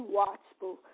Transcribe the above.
watchful